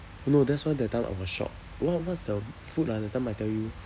no that's why that time our shop what what's the food ah that time I tell you